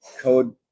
code